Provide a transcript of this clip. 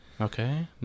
Okay